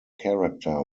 character